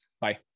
Bye